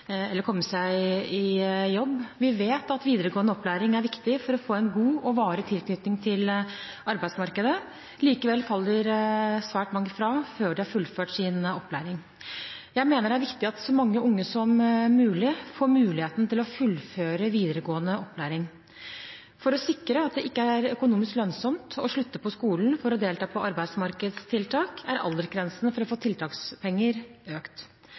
eller komme seg i jobb. Vi vet at videregående opplæring er viktig for å få en god og varig tilknytning til arbeidsmarkedet. Likevel faller svært mange fra før de har fullført sin opplæring. Jeg mener det er viktig at så mange unge som mulig får muligheten til å fullføre videregående opplæring. For å sikre at det ikke er økonomisk lønnsomt å slutte på skolen for å delta på arbeidsmarkedstiltak, er aldersgrensen for å få tiltakspenger økt.